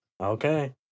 Okay